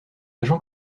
agent